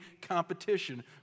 competition